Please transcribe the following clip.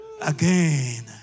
Again